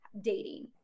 dating